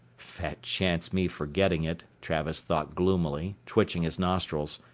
fat chance me forgetting it, travis thought gloomily, twitching his nostrils.